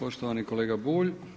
Poštovani kolega Bulj.